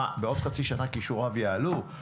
מה בעוד חצי שנה כישוריו יעלו?